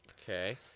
Okay